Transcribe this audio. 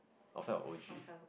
outside of O_G